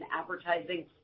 advertising